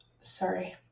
Sorry